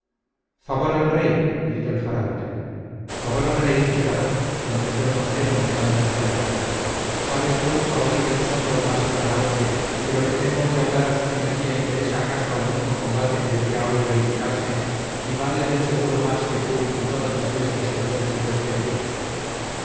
favor al rey gritó el faraute favor al rey pícaro contestó el montero montando en cólera sabes tú jabalí del soto más que faraute que lo que tengo que hablar a su señoría interesa acaso al mismo combate que debía hoy verificarse y vale de seguro más que tú y todas las bestias feroces de tu especie